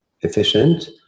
efficient